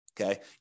Okay